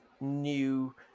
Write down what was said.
new